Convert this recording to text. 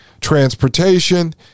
transportation